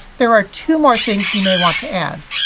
there are two more things you may want to add.